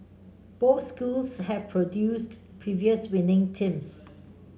both schools have produced previous winning teams